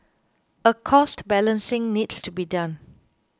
a cost balancing needs to be done